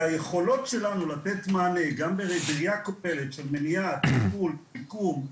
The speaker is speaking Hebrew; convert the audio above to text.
והיכולות שלנו לתת מענה, של מניעה, טיפול, שיקום,